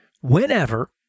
whenever